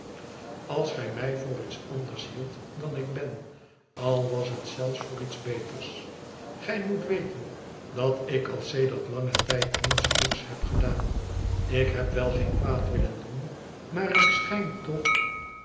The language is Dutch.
als gij mij het verlaten huis voor iets anders hieldt dan ik ben al was het zelfs voor iets beters gij moet weten dat ik al sedert langen tijd niets goeds heb gedaan ik heb wel geen kwaad willen doen maar ik schijn toch